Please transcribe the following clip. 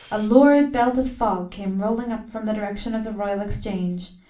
a lurid belt of fog came rolling up from the direction of the royal exchange,